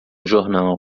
jornal